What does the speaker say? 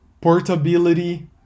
portability